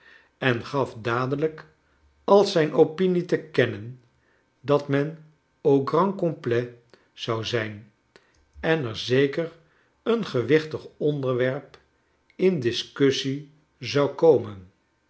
en gaf dadelijk als zijn opinie te kennen dat men au grand complet zou zijn en er zekcr een gewichtig onderwerp in discussie zou komen